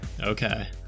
Okay